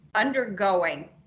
undergoing